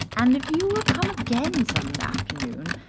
and if you will come again some afternoon,